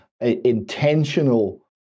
intentional